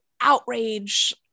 outrage